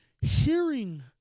hearing